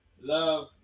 Love